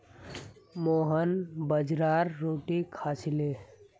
मोहन बाजरार रोटी खा छिले